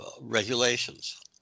regulations